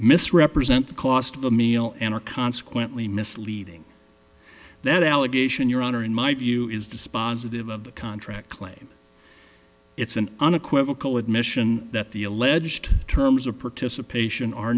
misrepresent the cost of the meal and are consequently misleading that allegation your honor in my view is dispositive of the contract claim it's an unequivocal admission that the alleged terms of participation are